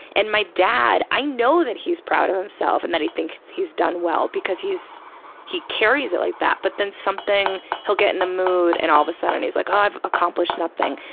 and my dad, i know that he's proud of himself and that he thinks he's done well, because he carries it like that, but then something, he'll get in a mood and all of a sudden he's like, oh, i've accomplished nothing.